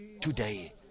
today